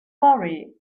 worry